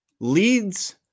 leads